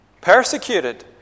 Persecuted